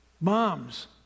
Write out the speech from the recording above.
Moms